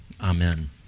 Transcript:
Amen